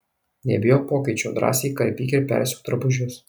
nebijok pokyčių drąsiai karpyk ir persiūk drabužius